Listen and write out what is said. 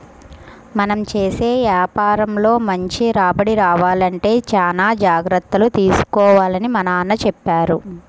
మనం చేసే యాపారంలో మంచి రాబడి రావాలంటే చానా జాగర్తలు తీసుకోవాలని మా నాన్న చెప్పారు